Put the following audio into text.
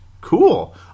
cool